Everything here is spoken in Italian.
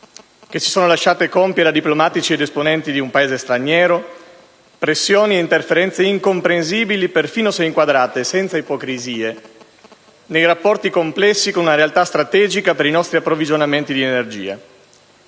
che si sono lasciate compiere a diplomatici ed esponenti di un Paese straniero pressioni e interferenze incomprensibili perfino se inquadrate, senza ipocrisie, nei rapporti complessi con una realtà strategica per i nostri approvvigionamenti di energia;